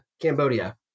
Cambodia